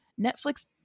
Netflix